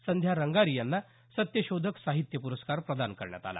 संध्या रंगारी यांना सत्यशोधक साहित्य प्रस्कार प्रदान करण्यात आला